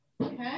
okay